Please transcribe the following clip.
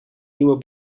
nieuwe